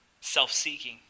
self-seeking